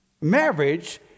Marriage